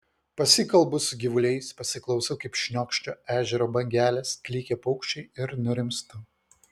pasikalbu su gyvuliais pasiklausau kaip šniokščia ežero bangelės klykia paukščiai ir nurimstu